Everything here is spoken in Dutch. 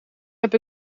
heb